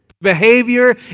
Behavior